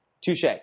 Touche